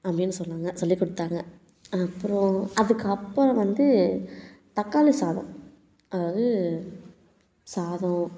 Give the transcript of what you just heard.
அப்படினு சொன்னாங்க சொல்லிக்கொடுத்தாங்க அப்புறம் அதுக்கப்புறம் வந்து தக்காளி சாதம் அதாவது சாதம்